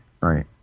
right